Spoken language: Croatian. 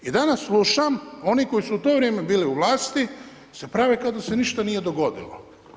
I danas slušam oni koji su u to vrijeme bili u vlasti se prave kao da se ništa nije dogodilo.